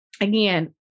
Again